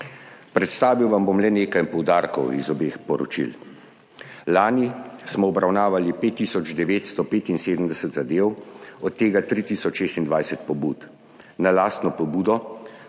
Predstavil vam bom le nekaj poudarkov iz obeh poročil. Lani smo obravnavali pet tisoč 975 zadev, od tega tri tisoč 26 pobud. Na lastno pobudo